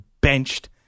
benched